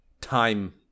time